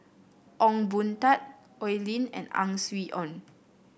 Ong Boon Tat Oi Lin and Ang Swee Aun